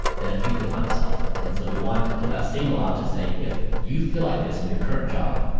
then it feeds upon itself and so we wanted to put that signal out to say if you feel like this in your current job.